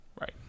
Right